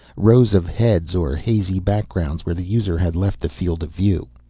rows of heads or hazy backgrounds where the user had left the field of view.